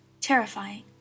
terrifying